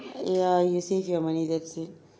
ya you save your money that's it